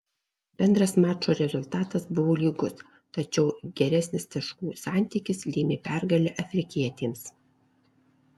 bendras mačo rezultatas buvo lygus tačiau geresnis taškų santykis lėmė pergalę afrikietėms